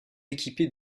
équipés